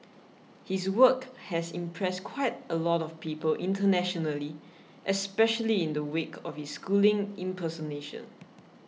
his work has impressed quite a lot of people internationally especially in the wake of his schooling impersonation